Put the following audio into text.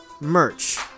merch